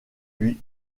lui